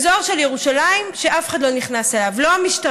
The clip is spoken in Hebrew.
זה אזור של ירושלים שאף אחד לא נכנס אליו: לא המשטרה,